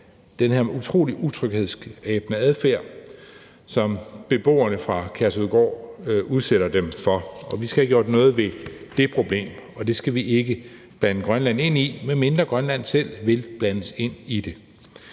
den her utrolig utryghedsskabende adfærd, som beboerne fra Kærshovedgård udsætter dem for. Vi skal have gjort noget ved det problem, og det skal vi ikke blande Grønland ind i, medmindre Grønland selv vil blandes ind i det.